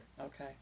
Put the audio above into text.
Okay